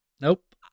Nope